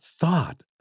thought